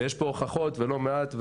ויש פה הוכחות ולא מעט,